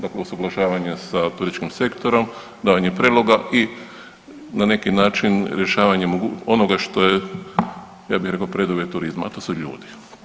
Dakle, usuglašavanje sa turističkim sektorom, davanje prijedloga i na neki način rješavanje onoga što je, ja bih rekao preduvjet turizma, a to su ljudi.